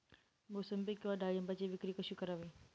मोसंबी किंवा डाळिंबाची विक्री कशी करावी?